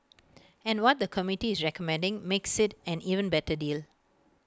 and what the committee is recommending makes IT an even better deal